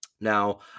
Now